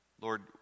Lord